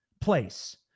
place